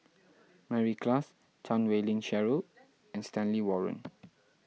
Mary Klass Chan Wei Ling Cheryl and Stanley Warren